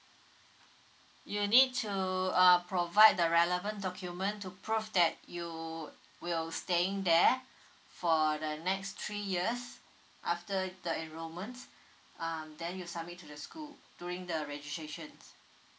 you need to uh provide the relevant document to prove that you will staying there for the next three years after the enrollment um then you submit to the school during the registration